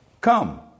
come